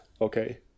Okay